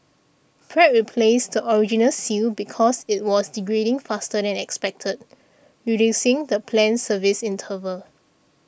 Pratt replaced the original seal because it was degrading faster than expected reducing the planned service interval